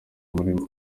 muri